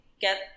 get